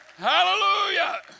Hallelujah